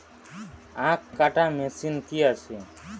আখ কাটা মেশিন কি আছে?